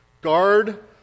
Guard